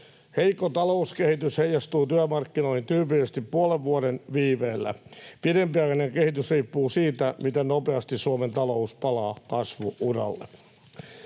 Heikko talouskehitys heijastuu työmarkkinoihin tyypillisesti puolen vuoden viiveellä. Pidempiaikainen kehitys riippuu siitä, miten nopeasti Suomen talous palaa kasvu-uralle.